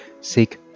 Seek